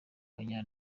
abanya